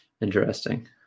Interesting